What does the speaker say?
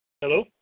Hello